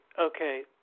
Okay